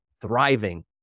thriving